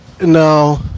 No